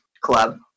Club